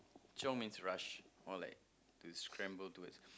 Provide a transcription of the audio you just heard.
chiong means rush or like is cram go towards